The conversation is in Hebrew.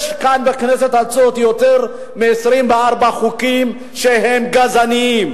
יש כאן בכנסת הזאת יותר מ-24 חוקים שהם גזעניים.